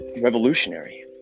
revolutionary